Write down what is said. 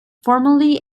formerly